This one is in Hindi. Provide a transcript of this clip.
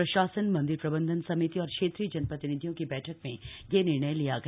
प्रशासन मंदिर प्रबन्धन समिति और क्षेत्रीय जनप्रतिनिधियों की बैठक में यह निर्णय लिया गया